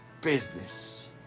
business